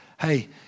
hey